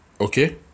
Okay